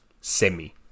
semi